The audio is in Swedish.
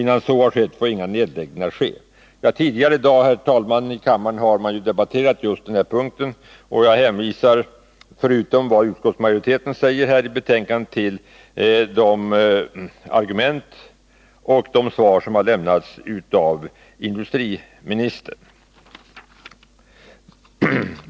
Innan så skett får inga nedläggningar ske. Tidigare i dag, herr talman, har man ju i kammaren debatterat just den här frågan, och jag hänvisar, förutom till vad utskottsmajoriteten säger i betänkandet, till de argument som framförts och de svar som lämnats av industriministern.